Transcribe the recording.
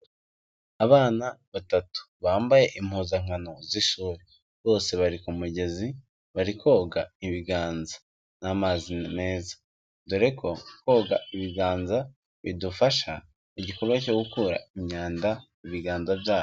Abana batatu bambaye impuzankano z'ishuri, bose bari ku mugezi bari koga ibiganza n'amazi meza, dore ko koga ibiganza bidufasha igikorwa cyo gukura imyanda mu biganza byacu.